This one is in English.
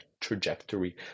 trajectory